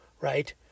right